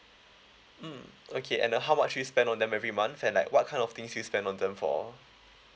mm okay and uh how much do you spend on them every month and like what kind of things you spend on them for